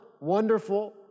wonderful